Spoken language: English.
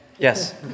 Yes